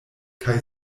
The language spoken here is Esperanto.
kaj